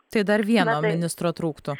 tai dar vieno ministro trūktų